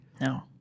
No